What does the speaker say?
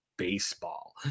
Baseball